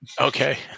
Okay